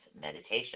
meditation